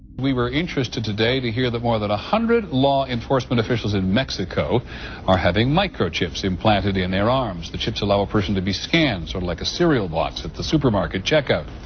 we were interested today to hear that more than a hundred law enforcement officials in mexico are having microchips implanted in their arms. the chips allow a person to be scanned, sort of like a cereal box at the supermarket checkout.